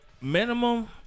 minimum